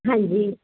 ਹਾਂਜੀ